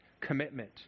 commitment